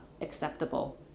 acceptable